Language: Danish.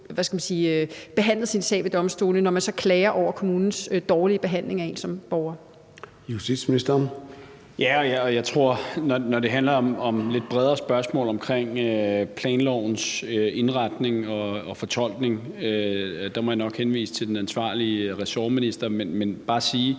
behandlet sin sag ved domstolene, når man så klager over kommunens dårlige behandling af en som borger. Kl. 13:20 Formanden (Søren Gade): Justitsministeren. Kl. 13:20 Justitsministeren (Peter Hummelgaard): Når det handler om lidt bredere spørgsmål omkring planlovens indretning og fortolkning, må jeg nok henvise til den ansvarlige ressortminister, men jeg